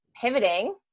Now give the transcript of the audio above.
pivoting